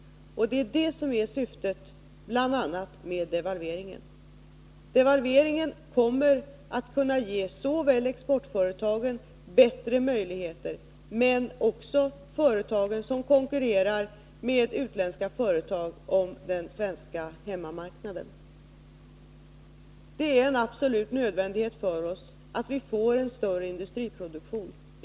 Det är detta som är syftet med bl.a. devalveringen. Devalveringen kommer att kunna ge bättre möjligheter för såväl exportföretagen som för de inhemska företag som konkurrerar med utländska företag om den svenska hemmamarknaden. Det är en absolut nödvändighet för oss att få en större industriproduktion.